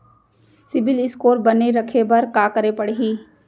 CIBIL score बने रखे बर का करे पड़ही?